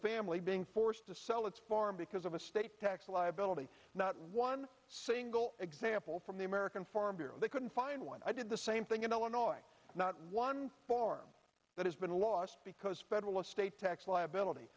family being forced to sell its farm because of a state tax liability not one single example from the american farm bureau they couldn't find one i did the same thing in illinois not one farm that has been lost because federal estate tax liability